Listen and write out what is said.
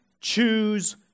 Choose